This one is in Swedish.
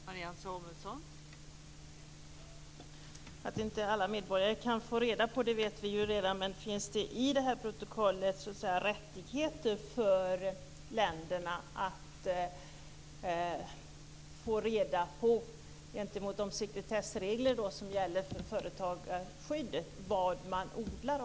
Fru talman! Vi vet redan att inte alla medborgare kan få reda på detta. Men finns det i protokollet rättigheter för länderna att få reda på, gentemot de sekretessregler som gäller för företagarskyddet, vad som odlas?